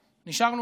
אלהרר,